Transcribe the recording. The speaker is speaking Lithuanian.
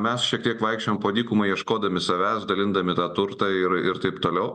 mes šiek tiek vaikščiojom po dykumą ieškodami savęs dalindami tą turtą ir ir taip toliau